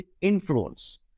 influence